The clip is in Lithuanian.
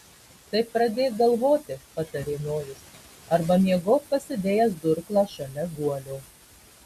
tai pradėk galvoti patarė nojus arba miegok pasidėjęs durklą šalia guolio